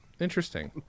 Interesting